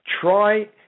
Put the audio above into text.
Try